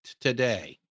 today